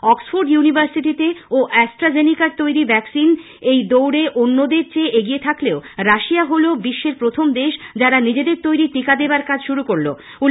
Oxford University ও অ্যাস্ট্রাজেনেকার তৈরি ভ্যাকসিন এই দৌড়ে অন্যদের চেয়ে এগিয়ে থাকলেও রাশিয়া হল বিশ্বের প্রথম দেশ যারা নিজেদের তৈরি টীকা দেবার কাজ শুরু করল